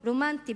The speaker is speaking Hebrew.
רומנטי,